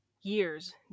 years